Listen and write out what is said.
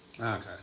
Okay